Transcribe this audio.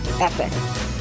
epic